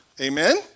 amen